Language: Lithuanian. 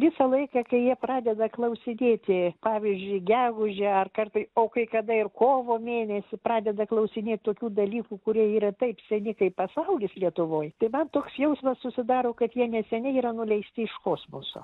visą laiką kai jie pradeda klausinėti pavyzdžiui gegužę ar kartai o kai kada ir kovo mėnesį pradeda klausinėt tokių dalykų kurie yra taip seniai kai pasaulis lietuvoj tai man toks jausmas susidaro kad jie neseniai yra nuleisti iš kosmoso